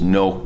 no